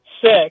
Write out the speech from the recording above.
six